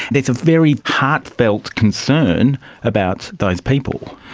there is a very heartfelt concern about those people.